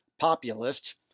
populists